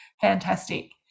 Fantastic